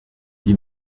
die